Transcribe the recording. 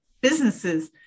businesses